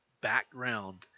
background